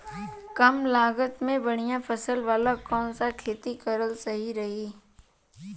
कमलागत मे बढ़िया फसल वाला कौन सा खेती करल सही रही?